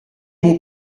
mon